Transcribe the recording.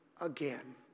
again